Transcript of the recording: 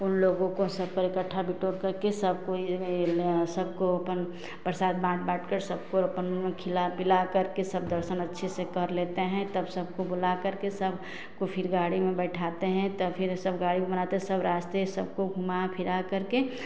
उनलोगों को सबको इकट्ठा बटोर करके सबको सबको अपना प्रसाद बाँट बाँटकर सबको अपन खिला पिला करके सब दर्शन अच्छे से कर लेते हैं तब सबको बुला करके सबको फिर गाड़ी में बैठाते हैं तब फिर सब गाड़ी में आते हैं सब रास्ता सबको घुमा फिरा करके